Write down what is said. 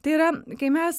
tai yra kai mes